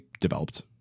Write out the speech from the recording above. developed